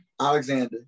Alexander